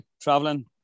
traveling